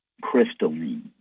crystalline